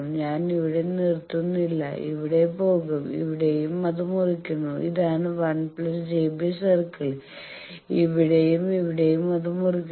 ഞാൻ ഇവിടെ നിർത്തുന്നില്ല ഇവിടെ പോകും ഇവിടെയും ഇത് മുറിക്കുന്നു ഇതാണ് 1 j B സർക്കിൾ ഇവിടെയും ഇവിടെയും അത് മുറിക്കുന്നു